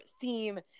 theme